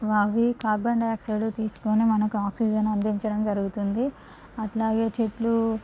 వావి carbon dioxide తీసుకొని మనకు ఆక్సిజన్ అందించడం జరుగుతుంది అట్లాగే చెట్లు